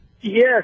Yes